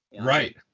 right